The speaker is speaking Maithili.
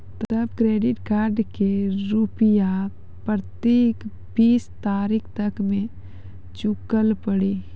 तब क्रेडिट कार्ड के रूपिया प्रतीक बीस तारीख तक मे चुकल पड़ी?